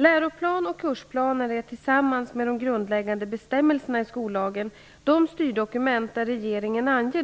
Läroplan och kursplaner är tillsammans med de grundläggande bestämmelserna i skollagen de styrdokument där regeringen anger